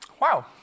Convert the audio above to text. Wow